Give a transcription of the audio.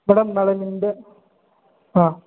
madam ನಾಳೆ ನಿಮ್ಮದೇನು ಹಾಂ